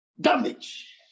Damage